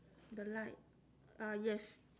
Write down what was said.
the light ah yes